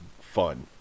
fun